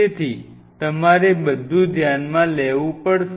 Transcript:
તેથી તમારે બધું ધ્યાનમાં લેવું પડશે